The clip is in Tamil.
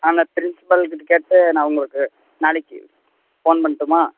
ஆ நான் பிரின்ஸ்பலுகிட்ட கேட்டு நான் உங்களுக்கு நாளைக்கி ஃபோன் பண்ணட்டுமா